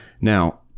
Now